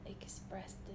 expressed